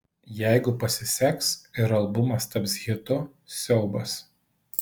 jeigu pasiseks ir albumas taps hitu siaubas